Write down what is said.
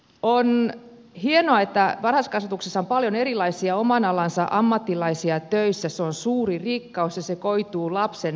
on hienoa että varhaiskasvatuksessa on paljon erilaisia oman alansa ammattilaisia töissä se on suuri rikkaus ja se koituu lapsen parhaaksi